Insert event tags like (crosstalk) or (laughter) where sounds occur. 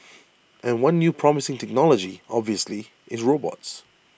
(noise) and one new promising technology obviously is robots